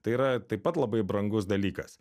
tai yra taip pat labai brangus dalykas